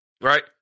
Right